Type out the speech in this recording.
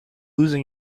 losing